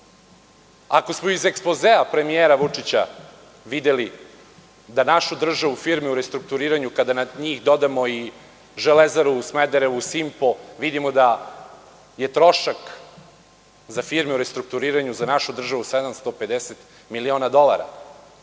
smo iz Ekspozea premijera Vučića videli da našu državu, firme u restrukturiranju kada na njih dodamo i „Železaru u Smederevu“, „Simpo“, vidimo da je trošak za firme u restrukturiranju za našu državu 750 miliona dolara.